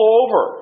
over